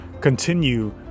continue